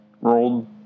rolled